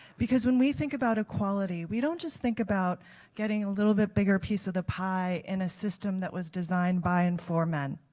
when we think about equality, we don't just think about getting a little bit bigger piece of the pie and a system that was designed by and for men,